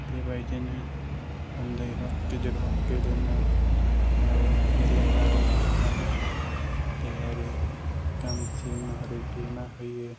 बेबायदिनो उन्दै हक गिदिर हक गेलेनायाबो मेलेमारि आरो देहायारि खान्थिमा आरो बिहोमा होयो